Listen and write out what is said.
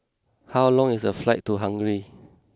how long is the flight to Hungary